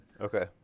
Okay